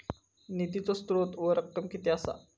निधीचो स्त्रोत व रक्कम कीती असा?